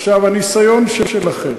עכשיו, הניסיון שלכם,